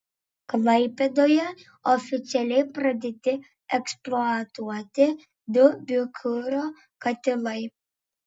klaipėdoje oficialiai pradėti eksploatuoti du biokuro katilai